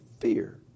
fear